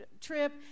trip